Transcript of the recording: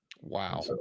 Wow